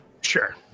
sure